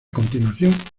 continuación